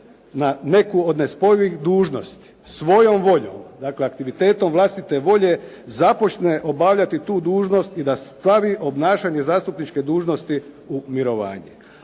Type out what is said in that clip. na neku od nespojivih dužnosti svojom voljom, dakle aktivitetom vlastite volje započne obavljati tu dužnost i da stavi obnašanje zastupničke dužnosti u mirovanje.